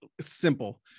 Simple